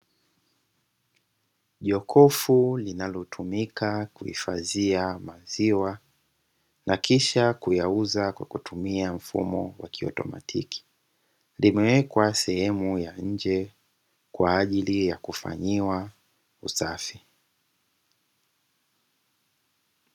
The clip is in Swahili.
Jokofu linalotumika kuhifadhia maziwa na kisha kuyauza kwa kutumia mfumo wa kiotomatiki. Limewekwa sehemu ya nje kwa ajili ya kufanyiwa usafi.